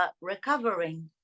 recovering